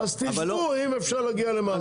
אז תשבו אם אפשר להגיע למשהו.